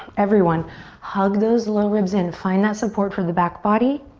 everyone hug those little ribs in. find that support for the back body.